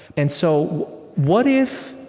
and so, what if